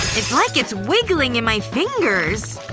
it's like it's wiggling in my fingers!